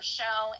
show